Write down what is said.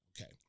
Okay